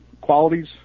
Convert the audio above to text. qualities